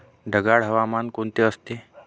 ढगाळ हवामान कोणते असते?